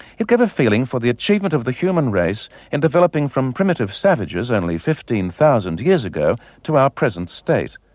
it gave a feeling for the achievement of the human race in developing from primitive savages only fifteen thousand years ago to our present state.